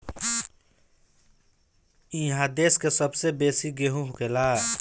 इहा देश के सबसे बेसी गेहूं होखेला